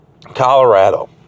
Colorado